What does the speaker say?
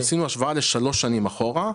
עשינו השוואה לשלוש שנים אחורה,